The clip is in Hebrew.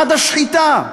עד השחיטה.